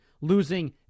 losing